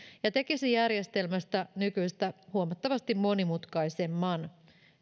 ja tekisi järjestelmästä nykyistä huomattavasti monimutkaisemman